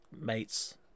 mates